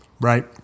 Right